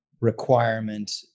requirement